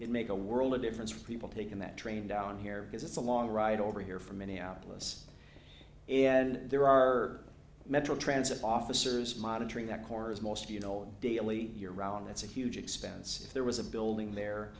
it make a world of difference for people taking that train down here because it's a long ride over here from minneapolis and there are metro transit officers monitoring that corner as most of you know daily year round that's a huge expense if there was a building there